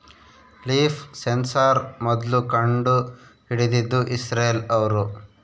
leaf sensor ಮೊದ್ಲು ಕಂಡು ಹಿಡಿದಿದ್ದು ಇಸ್ರೇಲ್ ಅವ್ರು